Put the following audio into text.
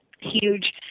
huge